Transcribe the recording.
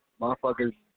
Motherfuckers